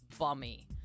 bummy